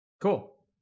Cool